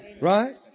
Right